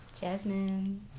Jasmine